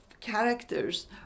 characters